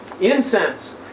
Incense